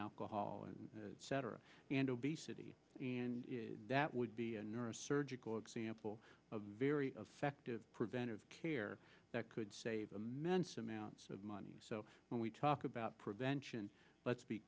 alcohol and cetera and obesity and that would be neurosurgical example a very effective preventive care that could save a mensa amounts of money so when we talk about prevention let's be